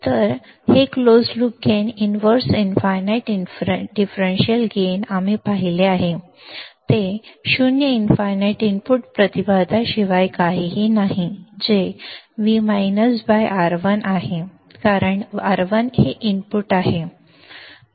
तर हेच आहे जे closed loop gain inverse infinite differential gain आम्ही पाहिले आहे ते शून्य अनंत इनपुट प्रतिबाधाशिवाय काहीही नाही जे V R1 बरोबर आहे कारण R1 हे इनपुट आहे